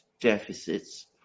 deficits